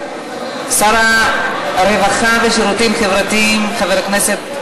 שר הרווחה והשירותים החברתיים חיים כץ.